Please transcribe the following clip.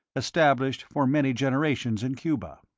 established for many generations in cuba.